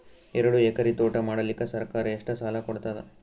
ಎರಡು ಎಕರಿ ತೋಟ ಮಾಡಲಿಕ್ಕ ಸರ್ಕಾರ ಎಷ್ಟ ಸಾಲ ಕೊಡತದ?